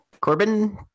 Corbin